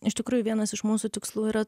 iš tikrųjų vienas iš mūsų tikslų yra